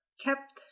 kept